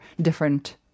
different